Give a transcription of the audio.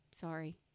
Sorry